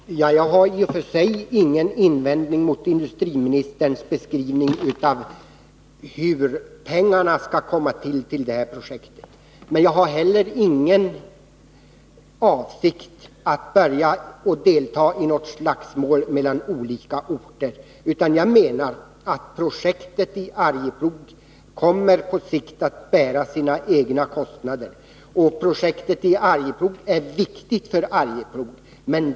Fru talman! Jag har i och för sig inga invändningar mot industriministerns beskrivning av vem som skall satsa pengar i detta projekt. Jag har heller ingen avsikt att delta i något slagsmål mellan olika orter. Jag menar att projektet i Arjeplog på sikt kommer att bära sina egna kostnader. Projektet i Arjeplog är viktigt för Arjeplog.